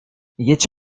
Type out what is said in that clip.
jedź